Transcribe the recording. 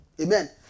Amen